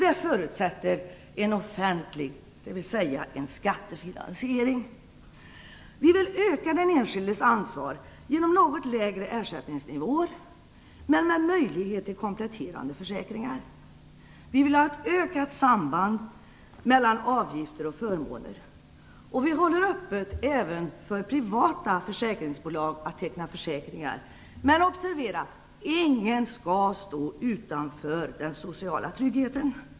Det förutsätter en offentlig finansiering, dvs. en skattefinansiering. Vi vill öka den enskildes ansvar genom något lägre ersättningsnivåer men med möjlighet till kompletterande försäkringar. Vi vill ha ett ökat samband mellan avgifter och förmåner. Vi håller öppet för att även privata försäkringsbolag skall kunna teckna försäkringar. Men observera: Ingen skall stå utanför den sociala tryggheten.